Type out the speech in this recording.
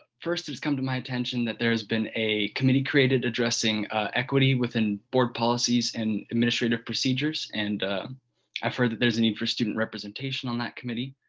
first it's come to my attention that there has been a committee created addressing equity within board policies and administrative procedures and i've heard that there's a need for student representation on that committee.